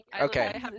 okay